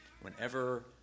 whenever